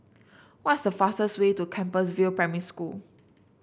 what's the fastest way to Compassvale Primary School